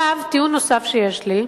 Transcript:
טיעון נוסף שיש לי,